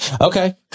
Okay